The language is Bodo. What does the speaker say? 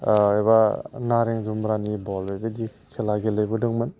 एबा नारें जुमब्रानि बल बेबायदि खेला गेलेबोदोंमोन